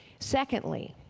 secondly,